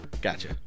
Gotcha